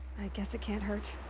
guess it can't hurt.